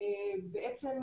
במצ'ינג עם הרשויות המקומיות.